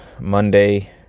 Monday